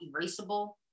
erasable